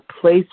place